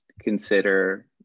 consider